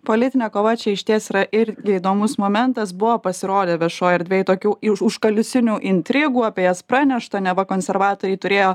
politinė kova čia išties yra irgi įdomus momentas buvo pasirodę viešoj erdvėj tokių užkalisinių intrigų apie jas pranešta neva konservatoriai turėjo